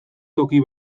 toki